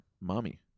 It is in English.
mommy